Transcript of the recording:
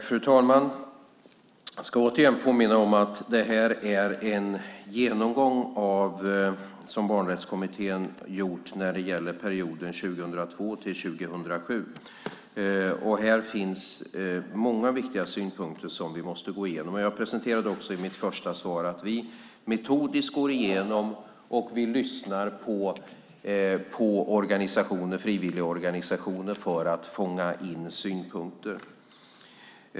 Fru talman! Jag vill återigen påminna om att detta är en genomgång som barnrättskommittén gjort som gäller perioden 2002-2007. Här finns många viktiga synpunkter som vi måste gå igenom. Jag sade också i mitt första svar att vi metodiskt går igenom detta och lyssnar på organisationer och frivilligorganisationer för att fånga in synpunkter.